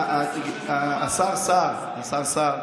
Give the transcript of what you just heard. השר סער, השר סער,